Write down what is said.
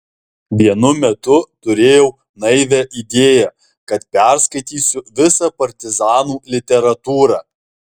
vienu metu turėjau naivią idėją kad perskaitysiu visą partizanų literatūrą